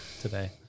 today